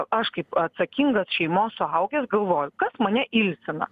aš kaip atsakingas šeimos suaugęs galvoju kas mane ilsina